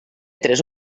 tres